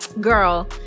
girl